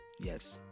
Yes